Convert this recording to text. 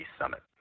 Summit